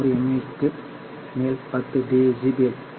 க்கு மேல் 10 டெசிபில் உள்ளது